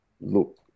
look